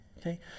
Okay